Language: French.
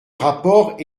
rapport